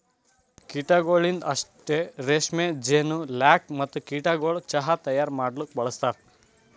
ಕೀಟಗೊಳಿಂದ್ ರೇಷ್ಮೆ, ಜೇನು, ಲ್ಯಾಕ್ ಮತ್ತ ಕೀಟಗೊಳದು ಚಾಹ್ ತೈಯಾರ್ ಮಾಡಲೂಕ್ ಬಳಸ್ತಾರ್